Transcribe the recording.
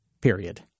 Period